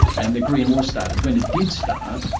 and the korean war started. when it did start,